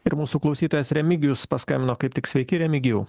ir mūsų klausytojas remigijus paskambino kaip tik sveiki remigijau